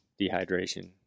dehydration